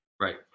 Right